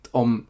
om